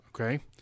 okay